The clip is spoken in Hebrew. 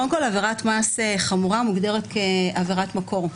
קודם כל, עבירת מס חמורה מוגדרת כעבירת מקור,